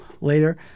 later